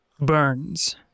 burns